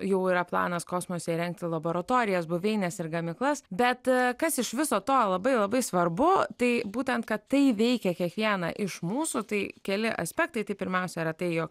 jau yra planas kosmose įrengti laboratorijas buveines ir gamyklas bet kas iš viso to labai labai svarbu tai būtent kad tai veikia kiekvieną iš mūsų tai keli aspektai tai pirmiausia yra tai jog